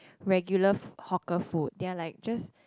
regular hawker food they are like just